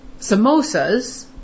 samosas